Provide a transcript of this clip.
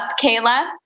Kayla